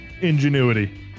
Ingenuity